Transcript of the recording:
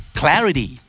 clarity